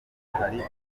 hari